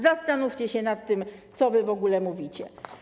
Zastanówcie się nad tym, co wy w ogóle mówicie.